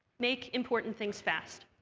make important things fast.